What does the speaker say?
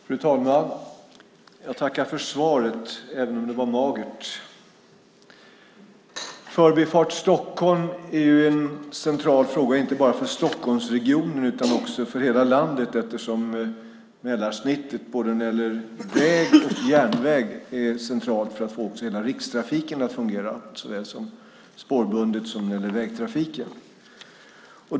Fru talman! Jag tackar för svaret, även om det var magert. Förbifart Stockholm är en central fråga, inte bara för Stockholmsregionen utan för hela landet, eftersom Mälarsnittet när det gäller både väg och järnväg är centralt för att få hela rikstrafiken att fungera, såväl den spårbundna som vägtrafiken.